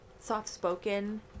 soft-spoken